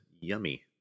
yummy